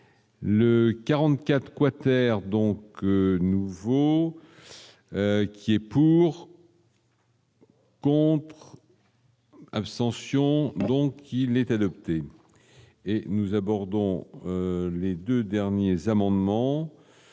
le 44 quater donc nouveau qui est pour. Bon. Abstention donc il est adopté et nous abordons les 2 derniers amendements